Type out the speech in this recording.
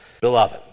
beloved